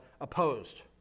opposed